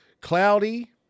cloudy